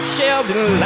Sheldon